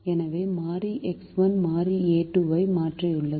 எனவே மாறி X1 மாறி a2 ஐ மாற்றியுள்ளது